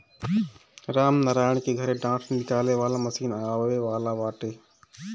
रामनारायण के घरे डाँठ निकाले वाला मशीन आवे वाला बाटे